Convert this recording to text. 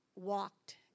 Walked